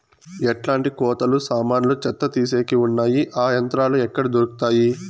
ఎట్లాంటి కోతలు సామాన్లు చెత్త తీసేకి వున్నాయి? ఆ యంత్రాలు ఎక్కడ దొరుకుతాయి?